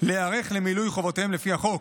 להיערך למילוי חובותיהם לפי החוק.